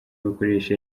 bakoresha